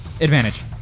Advantage